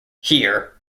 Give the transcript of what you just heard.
here